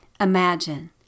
Imagine